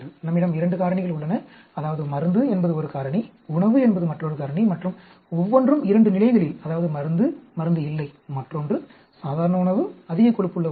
நம்மிடம் இரண்டு காரணிகள் உள்ளன அதாவது மருந்து என்பது ஒரு காரணி உணவு என்பது மற்றொரு காரணி மற்றும் ஒவ்வொன்றும் இரண்டு நிலைகளில் அதாவது மருந்து மருந்து இல்லை மற்றொன்று சாதாரண உணவு அதிக கொழுப்புள்ள உணவு